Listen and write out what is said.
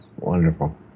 wonderful